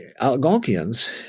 Algonquians